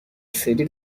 سری